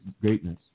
greatness